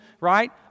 right